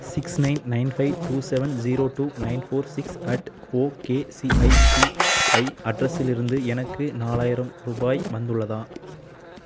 six nine nine five two seven zero two nine four six at okay ICICI அட்ரஸிலிருந்து எனக்கு நாலாயிரம் ரூபாய் வந்துள்ளதா